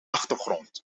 achtergrond